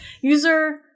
User